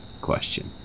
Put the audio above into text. question